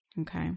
Okay